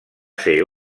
ser